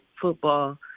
football